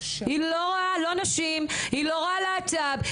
לא רואה לא נשים לא להט"ב.